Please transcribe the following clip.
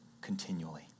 continually